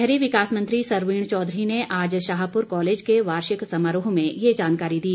शहरी विकास मंत्री सरवीण चौधरी ने आज शाहपुर कॉलेज के वार्षिक समारोह में ये जानकारी दी